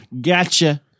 Gotcha